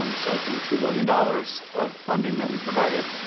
um so for the two billion dollars of funding that we've provided,